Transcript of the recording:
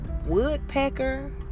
woodpecker